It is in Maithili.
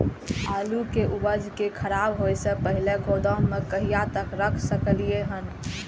आलु के उपज के खराब होय से पहिले गोदाम में कहिया तक रख सकलिये हन?